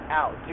out